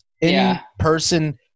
in-person –